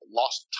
lost